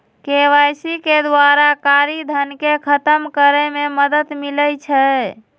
KYC के द्वारा कारी धन के खतम करए में मदद मिलइ छै